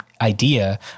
idea